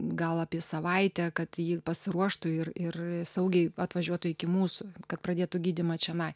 gal apie savaitę kad ji pasiruoštų ir ir saugiai atvažiuotų iki mūsų kad pradėtų gydymą čionai